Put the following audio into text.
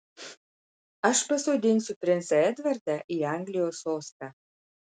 aš pasodinsiu princą edvardą į anglijos sostą